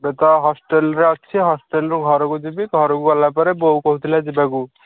ଏବେ ତ ହଷ୍ଟେଲ୍ରେ ଅଛି ହଷ୍ଟେଲ୍ରୁ ଘରକୁ ଯିବି ଘରକୁ ଗଲା ପରେ ବୋଉ କହୁଥିଲା ଯିବାକୁ